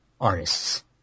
artists